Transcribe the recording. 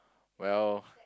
well